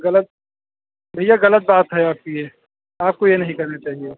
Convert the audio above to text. गलत भैया गलत बात है आपकी ये आपको ये नहीं करना चाहिए